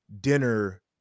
dinner